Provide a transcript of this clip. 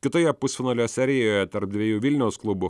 kitoje pusfinalio serijoje tarp dviejų vilniaus klubų